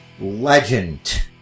legend